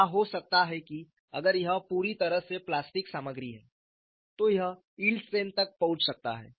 यह हो सकता है कि अगर यह पूरी तरह से प्लास्टिक सामग्री है तो यह यील्ड स्ट्रेंथ तक पहुंच सकता है